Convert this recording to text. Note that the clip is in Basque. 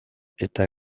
eta